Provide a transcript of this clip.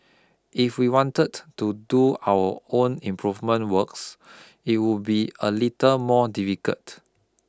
if we wanted to do our own improvement works it would be a little more difficult